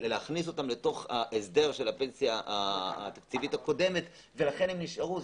להכניס אותם להסדר של הפנסיה התקציבית הקודמת ולכן הם נשארו.